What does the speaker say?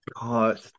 God